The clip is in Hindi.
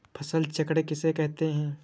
फसल चक्र किसे कहते हैं?